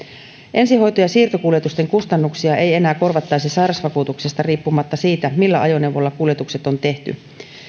ensihoito ja siirtokuljetusten kustannuksia ei enää korvattaisi sairausvakuutuksesta riippumatta siitä millä ajoneuvolla kuljetukset on tehty